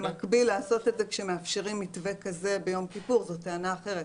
לעשות את זה במקביל לזה שמאפשרים מתווה כזה ביום כיפור זאת טענה אחרת.